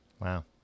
Wow